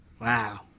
Wow